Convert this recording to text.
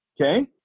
Okay